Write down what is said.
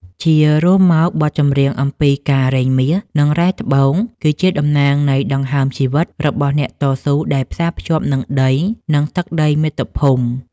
ជារួមមក បទចម្រៀងអំពីការរែងមាស និងរ៉ែត្បូង គឺជាតំណាងនៃដង្ហើមជីវិតរបស់អ្នកតស៊ូដែលផ្សារភ្ជាប់នឹងដី និងទឹកដីមាតុភូមិ។